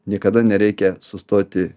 niekada nereikia sustoti